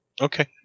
Okay